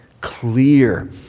clear